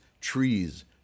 trees